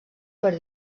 per